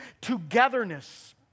togetherness